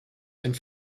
and